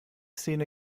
szene